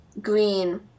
green